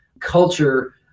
culture